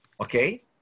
Okay